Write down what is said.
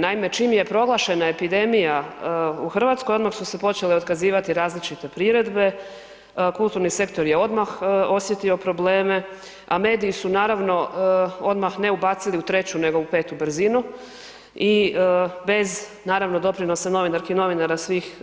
Naime, čim je proglašena epidemija u Hrvatskoj odmah su se počele otkazivati različite priredbe, kulturni sektor je odmah osjetio probleme, a mediji su naravno odmah ne ubacili ne u 3 nego u 5 brzinu i bez naravno doprinosa novinarki i novinara svih